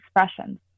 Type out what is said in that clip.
expressions